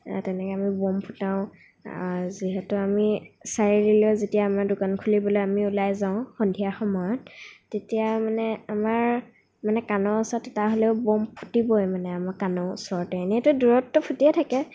তেনেকৈ আমি বোম ফুটাওঁ যিহেতু আমি চাৰিআলিলৈ যেতিয়া আমাৰ দোকান খুলিবলৈ আমি ওলাই যাওঁ সন্ধিয়া সময়ত তেতিয়া মানে আমাৰ মানে কাণৰ ওচৰত এটা হ'লেও বোম ফুটিবই মানে আমাৰ কাণৰ ওচৰতে এনেইটো দূৰতটো ফুটিয়েই থাকে